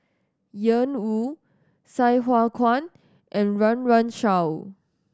Ian Woo Sai Hua Kuan and Run Run Shaw